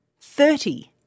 thirty